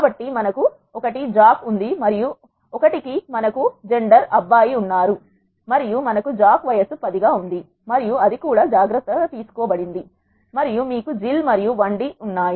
కాబట్టి మనకు 1 జాక్ ఉంది మరియు 1 కి మనకు అబ్బాయి ఉన్నారు మరియు మనకు జాక్ వయస్సు 10 గా ఉంది మరియు అది కూడా జాగ్రత్త తీసుకోబడింది మరియు మీకు జిల్ మరియు Id ఉన్నాయి